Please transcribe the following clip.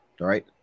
right